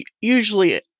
usually